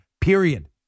period